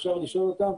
אפשר לשאול אותם.